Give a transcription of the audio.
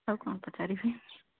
ଆଉ କ'ଣ ପଚାରିବି